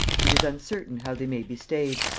it is uncertain how they may be stayed,